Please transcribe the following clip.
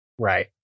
right